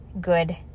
good